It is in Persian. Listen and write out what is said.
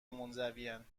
منزوین